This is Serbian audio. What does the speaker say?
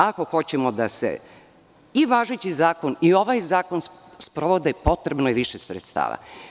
Ako hoćemo da se ivažeći zakon i ovaj zakon sprovode, potrebno je više sredstava.